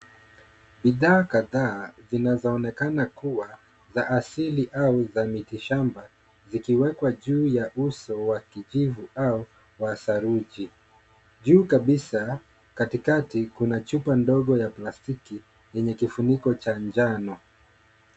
Bidhaa kadhaa zinazoonekana kuwa za asili au za mitishamba, zikiwekwa juu ya uso wa kijivu au wa saruji. Juu kabisa katikati, una chupa ndogo ya plastiki yenye kifuniko cha njano.